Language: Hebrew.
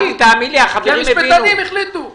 כי המשפטנים החליטו.